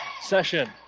session